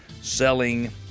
selling